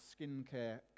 skincare